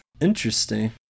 Interesting